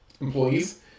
employees